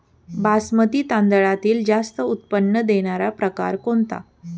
बासमती तांदळातील जास्त उत्पन्न देणारा प्रकार कोणता?